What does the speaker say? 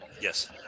Yes